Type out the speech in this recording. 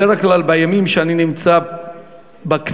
בדרך כלל בימים שאני נמצא בכנסת,